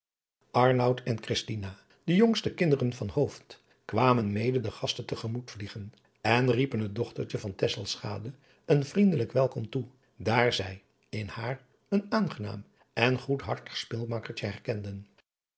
en christina de jongste kinderen van hooft kwamen mede den gasten te gemoet vliegen en riepen het dochtertje van tesselschade een vriendelijk welkom toe daar zij in haar een aangenaam en goedhartig speelmakkertje erkenden